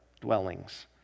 dwellings